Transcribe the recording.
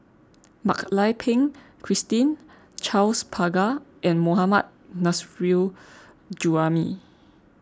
Mak Lai Peng Christine Charles Paglar and Mohammad Nurrasyid Juraimi